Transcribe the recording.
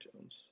Jones